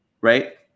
right